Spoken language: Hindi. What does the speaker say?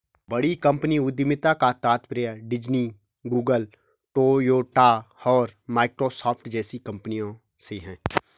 बड़ी कंपनी उद्यमिता का तात्पर्य डिज्नी, गूगल, टोयोटा और माइक्रोसॉफ्ट जैसी कंपनियों से है